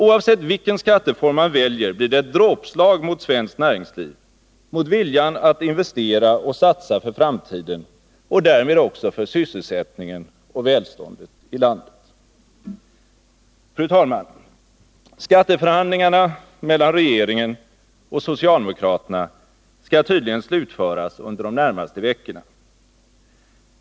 Oavsett vilken skatteform man väljer blir det ett dråpslag mot svenskt näringsliv, mot viljan att investera och satsa för framtiden och därmed också för sysselsättningen och välståndet i landet. Fru talman! Skatteförhandlingarna mellan regeringen och socialdemokraterna skall tydligen slutföras under de närmaste veckorna.